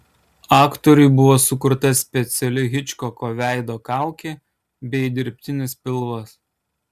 aktoriui buvo sukurta speciali hičkoko veido kaukė bei dirbtinis pilvas